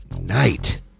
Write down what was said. night